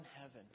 heaven